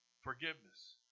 forgiveness